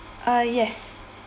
uh yes